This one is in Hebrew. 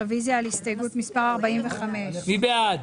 רוויזיה על הסתייגות מס' 6. מי בעד,